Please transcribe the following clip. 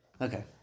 Okay